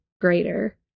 greater